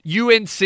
UNC